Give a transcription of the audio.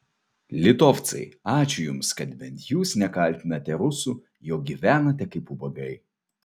litovcai ačiū jums kad bent jūs nekaltinate rusų jog gyvenate kaip ubagai